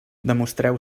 demostreu